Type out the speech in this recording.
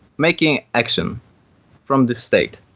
making action from the state.